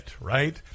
Right